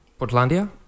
Portlandia